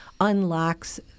unlocks